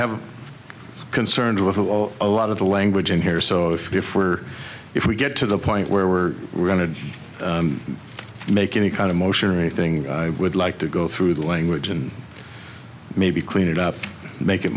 have concerned with a lot of the language in here so if we're if we get to the point where we're going to make any kind of motion or anything i would like to go through the language and maybe clean it up make it